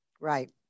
Right